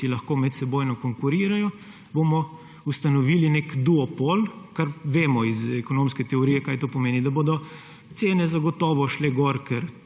lahko medsebojno konkurirajo, ustanovili nek duopol, kar vemo iz ekonomske teorije, kaj to pomeni – da bodo cene zagotovo šle gor, ker